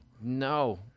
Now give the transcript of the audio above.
No